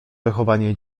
wychowanie